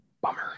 bummer